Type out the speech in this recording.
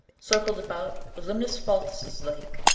circled about with limnasphaltis' lake,